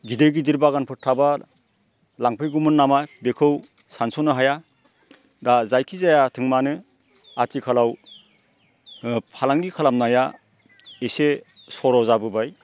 गिदिर गिदिर बागानफोर थाब्ला लांफैगौमोन नामा बेखौ सानस'नो हाया दा जायखिजायाथों मानो आथिखालाव फालांगि खालामनाया एसे सर' जाबोबाय